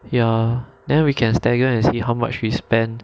ya then we can stagger and see how much we spend